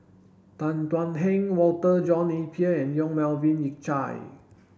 Tan Thuan Heng Walter John Napier and Yong Melvin Yik Chye